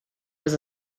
was